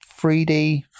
3D